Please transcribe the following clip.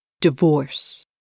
Divorce